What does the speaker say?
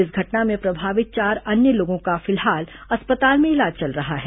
इस घटना में प्रभावित चार अन्य लोगों का फिलहाल अस्पताल में इलाज चल रहा है